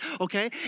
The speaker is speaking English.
okay